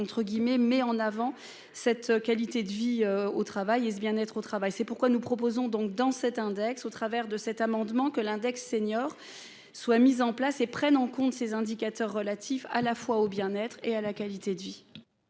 met en avant cette qualité de vie au travail. Est-ce bien être au travail. C'est pourquoi nous proposons donc dans cet index au travers de cet amendement que l'index senior soit mise en place et prennent en compte ces indicateurs relatifs à la fois au bien-être et à la qualité de vie.